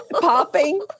popping